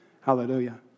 Hallelujah